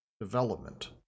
development